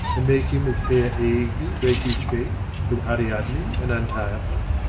and make him with fair aegles break his faith, with ariadne and antiopa?